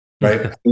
Right